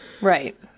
Right